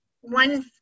one